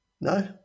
No